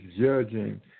judging